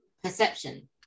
perception